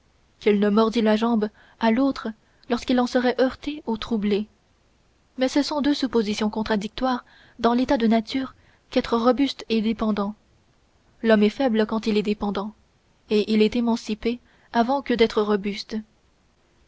qu'il ne mordît la jambe à l'autre lorsqu'il en serait heurté ou troublé mais ce sont deux suppositions contradictoires dans l'état de nature qu'être robuste et dépendant l'homme est faible quand il est dépendant et il est émancipé avant que d'être robuste